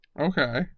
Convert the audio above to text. Okay